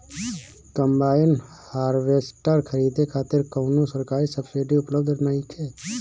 Combine harvester खरीदे खातिर कउनो सरकारी सब्सीडी उपलब्ध नइखे?